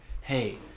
Hey